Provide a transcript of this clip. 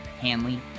Hanley